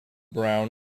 brown